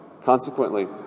Consequently